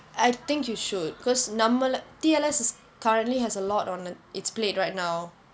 I think you should because நம்மலே:nammalae T_L_S has currently has a lot on it's plate right now